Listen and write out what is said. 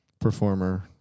performer